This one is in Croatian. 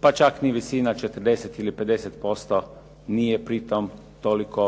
pa čak ni visina 40 ili 50% nije pri tom toliko